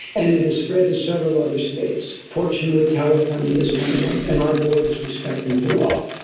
and it has spread to several other states. fortunately, california is one of them, and our board is respecting the law.